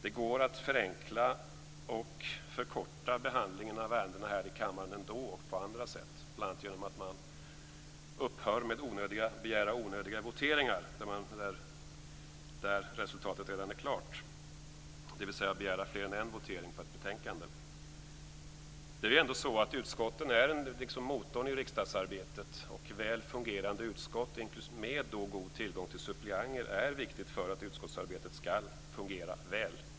Det går att förenkla och förkorta behandlingen av ärendena här i kammaren ändå och på andra sätt. Det går bl.a. genom att man upphör med att begära onödiga voteringar där resultatet redan är klart, dvs. att man begär fler än en votering på ett betänkande. Det är ju ändå så att utskotten är motorn i riksdagsarbetet, och väl fungerande utskott med god tillgång till suppleanter är viktigt för att utskottsarbetet skall fungera väl.